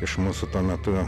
iš mūsų tuo metu